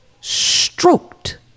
stroked